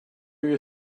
you